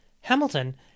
Hamilton